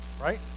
right